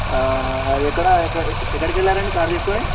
అది ఎక్కడ ఎక్కడికెళ్ళారండి కారు తీసుకొని